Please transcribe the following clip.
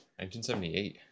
1978